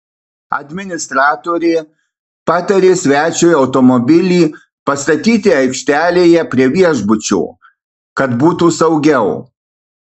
administratorė patarė svečiui automobilį pastatyti aikštelėje prie viešbučio kad būtų saugiau